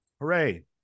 Hooray